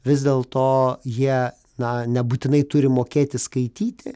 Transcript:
vis dėlto jie na nebūtinai turi mokėti skaityti